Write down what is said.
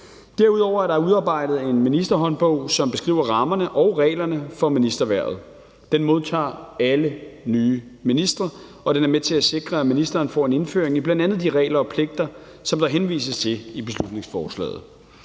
Derudover er der udarbejdet en ministerhåndbog, som beskriver rammerne og reglerne for ministerhvervet. Den modtager alle nye ministre, og den er med til at sikre, at ministeren får en indføring i bl.a. de regler og pligter, som der henvises til i beslutningsforslaget.